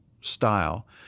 style